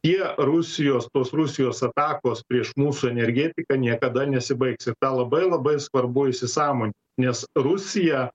tie rusijos tos rusijos atakos prieš mūsų energetiką niekada nesibaigs ir tą labai labai svarbu įsisąmonint nes rusija